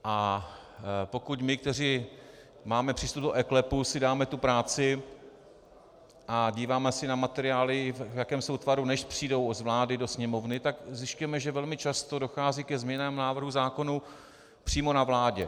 A pokud my, kteří máme přístup do eKLEP, si dáme tu práci a díváme se na materiály, v jakém jsou tvaru, než přijdou z vlády do Sněmovny, zjišťujeme, že velmi často dochází ke změnám návrhů zákonů přímo na vládě.